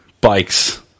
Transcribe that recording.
bikes